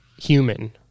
human